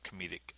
comedic